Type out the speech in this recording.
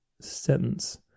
sentence